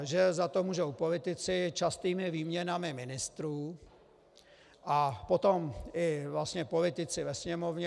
Že za to můžou politici častými výměnami ministrů a potom i politici ve Sněmovně.